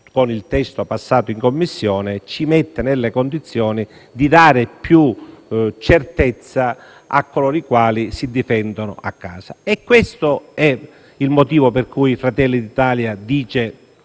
con il testo approvato in Commissione ci mette nelle condizioni di dare più certezza a coloro che si difendono a casa. È questo il motivo per cui Fratelli d'Italia